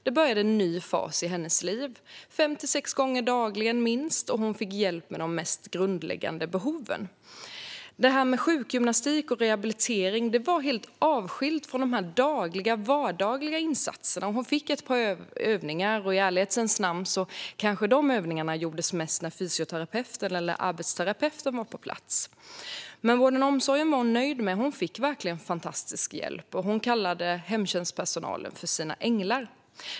Då började en ny fas i hennes liv, och minst fem sex gånger dagligen fick hon hjälp med de mest grundläggande behoven. Sjukgymnastik och rehabilitering var helt avskilt från de dagliga insatserna. Hon fick ett par övningar, och i ärlighetens namn gjordes de kanske mest när fysioterapeuten eller arbetsterapeuten var på plats. Vården och omsorgen var hon nöjd med - hon fick verkligen fantastisk hjälp och kallade hemtjänstpersonalen för sina änglar.